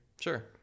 Sure